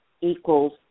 equals